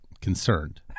concerned